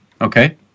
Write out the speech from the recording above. okay